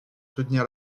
soutenir